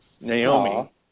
Naomi